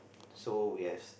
so we has